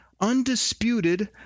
undisputed